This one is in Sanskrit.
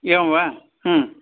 एवं वा